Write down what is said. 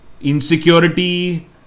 insecurity